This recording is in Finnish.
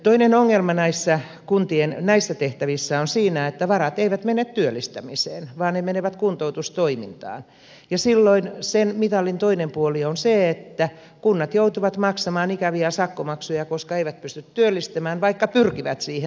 toinen ongelma kuntien näissä tehtävissä on siinä että varat eivät mene työllistämiseen vaan ne menevät kuntoutustoimintaan ja silloin sen mitalin toinen puoli on se että kunnat joutuvat maksamaan ikäviä sakkomaksuja koska eivät pysty työllistämään vaikka pyrkivät siihen